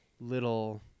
little